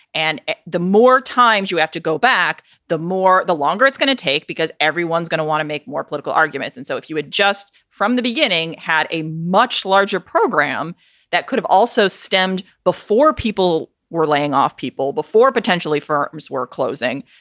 and the more times you have to go back, the more the longer it's going to take, because everyone's going to want to make more political arguments. and so if you adjust from the beginning, had a much larger program that could have also stemmed before people were laying off people before potentially firms were closing,